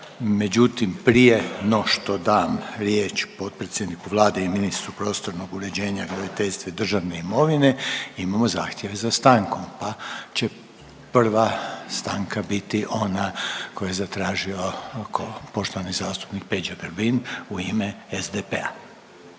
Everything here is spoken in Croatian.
Međutim prije no što dam riječ potpredsjedniku Vlade i ministru prostornog uređenja, graditeljstva i državne imovine imamo zahtjev za stankom, pa će prva stanka biti ona koju je zatražio poštovani zastupnik Peđa Grbin u ime SDP-a.